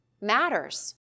matters